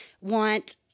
want